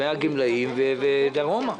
מהגמלאים ודרומה.